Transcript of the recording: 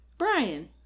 Brian